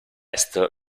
est